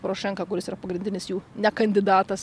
porošenka kuris yra pagrindinis jų ne kandidatas